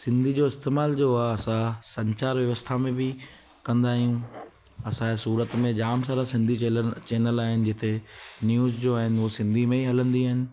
सिंधी जो इस्तेमाल जो आहे असां संचार व्यवस्था में बि कंदा आहियूं असांजे सूरत में जाम सारा सिंधी चैनल चैनल आहिनि जिते न्यूज़ जो आहिनि उओ सिंधी में ई हलंदी आहिनि